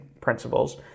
principles